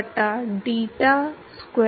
यह रेनॉल्ड्स संख्या के दाईं ओर x बटा वर्गमूल है